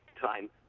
time